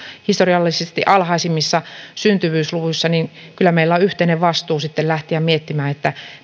historiallisesti alhaisimmissa syntyvyysluvuissa niin kyllä meillä on yhteinen vastuu sitten lähteä miettimään